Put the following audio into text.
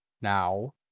Now